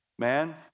Man